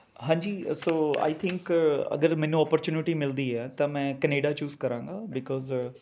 ਹਾਂਜੀ so I think ਅਗਰ ਮੈਨੂੰ ਔਪਰਚਿਊਨਿਟੀ ਮਿਲਦੀ ਹੈ ਤਾਂ ਮੈਂ ਕੈਨੇਡਾ ਚੂਜ਼ ਕਰਾਂਗਾ ਬੀਕੌਜ਼